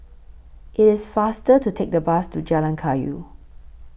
IT IS faster to Take The Bus to Jalan Kayu